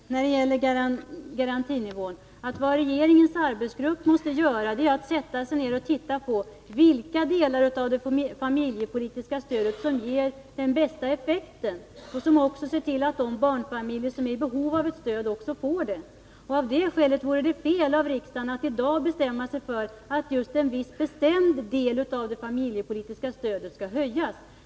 Herr talman! När det gäller garantinivån är det ju så att vad regeringens arbetsgrupp måste göra är att sätta sig ner och se på vilka delar av det familjepolitiska stödet som ger den bästa effekten och samtidigt ser till att de barnfamiljer som är i behov av stöd också får det. Av det skälet vore det fel av riksdagen att i dag bestämma sig för att just en viss bestämd del av det familjepolitiska stödet skall höjas.